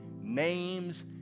names